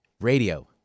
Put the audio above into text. Radio